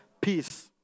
Peace